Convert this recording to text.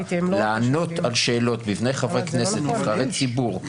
לענות על שאלות לחברי כנסת שהם נבחרי ציבור.